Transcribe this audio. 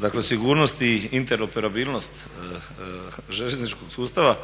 dakle sigurnost i interoperabilnost željezničkog sustava